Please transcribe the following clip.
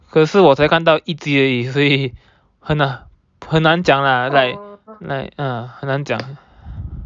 可是我才看到一集而已所以很很难讲啦 like 很难讲